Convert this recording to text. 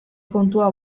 kontua